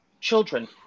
children